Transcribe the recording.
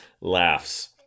laughs